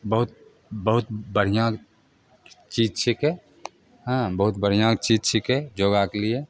बहुत बहुत बढ़िआँ चीज छिकै हँ बहुत बढ़िआँ चीज छिकै योगाके लिए